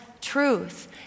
truth